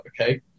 okay